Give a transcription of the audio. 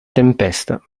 tempesta